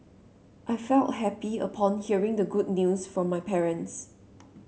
I felt happy upon hearing the good news from my parents